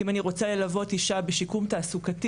כי אם אני רוצה ללוות אישה בשיקום תעסוקתי